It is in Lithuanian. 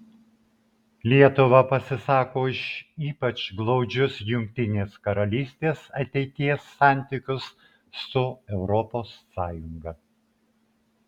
lietuva pasisako už ypač glaudžius jungtinės karalystės ateities santykius su europos sąjunga